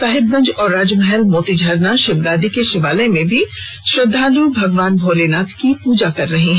साहिबगंज और राजमहल मोतीझरना और शिवगादी के शिवालय में भी श्रद्धालु भगवान भोलेनाथ की पूजा कर रहे हैं